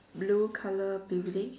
blue color building